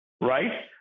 Right